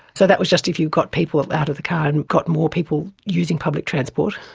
so that was just if you've got people out of the car and got more people using public transport.